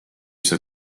see